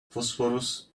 phosphorus